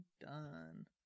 done